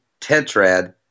tetrad